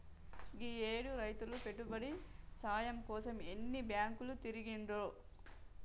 గీయేడు రైతులు పెట్టుబడి సాయం కోసం ఎన్ని బాంకులు తిరిగిండ్రో